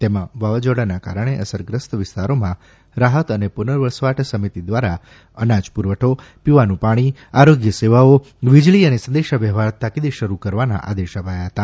તેમાં વાવાઝોડાના કારણે અસરગ્રસ્ત વિસ્તારોમાં રાહત અને પુનર્વસવાટ સમિતિ દ્વારા અનાજ પુરવઠો પીવાનું પાણી આરોગ્ય સેવાઓ વીજળી અને સંદેશા વ્યવહાર તાકીદે શરૂ કરવાના આદેશ અપાયા હતા